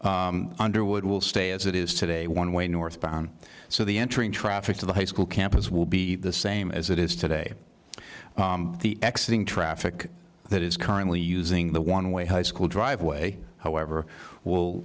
underwood will stay as it is today one way northbound so the entering traffic to the high school campus will be the same as it is today the exit in traffic that is currently using the one way high school driveway however will